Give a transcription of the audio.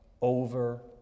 over